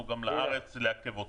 בארץ.